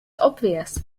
obvious